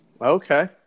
Okay